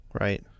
right